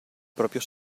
proprio